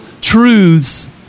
truths